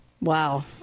Wow